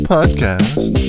Podcast